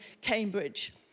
Cambridge